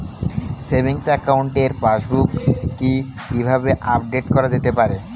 Savings একাউন্টের passbook কি কিভাবে আপডেট করা যেতে পারে?